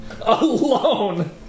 Alone